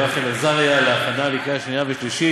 רחל עזריה להכנה לקריאה שנייה ושלישית.